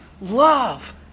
love